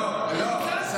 למה הקואליציוני על השולחן?